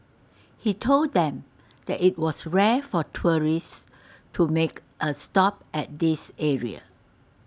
he told them that IT was rare for tourists to make A stop at this area